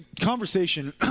conversation